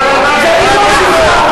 והיא לא תצטרך,